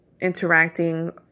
interacting